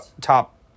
top